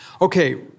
Okay